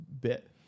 bit